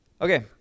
Okay